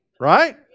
Right